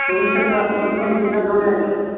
ସେମିତି ନା ଜଣେ ଆସିଲ